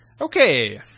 Okay